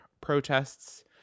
protests